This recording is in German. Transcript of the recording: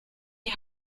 die